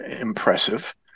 impressive